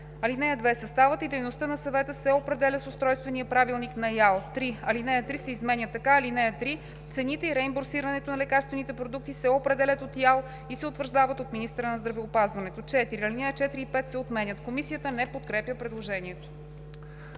„(2) Съставът и дейността на съвета се определя с устройствения правилник на ИАЛ.“ 3. Алинея 3 се изменя така: „(3) Цените и реимбурсирането на лекарствените продукти се определят от ИАЛ и се утвърждават от министъра на здравеопазването.“. 4. Алинеи 4 и 5 се отменят.“ Комисията не подкрепя предложението.